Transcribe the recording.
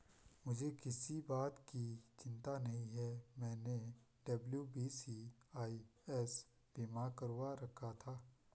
मुझे किसी बात की चिंता नहीं है, मैंने डब्ल्यू.बी.सी.आई.एस बीमा करवा रखा था